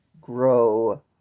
grow